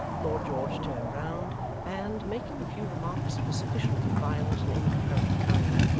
lord george turned round and, making a few remarks of a sufficiently violent and incoherent kind,